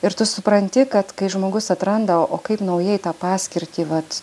ir tu supranti kad kai žmogus atranda o kaip naujai tą paskirtį vat